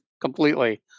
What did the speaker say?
completely